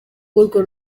urwo